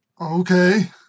Okay